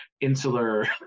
insular